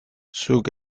zuk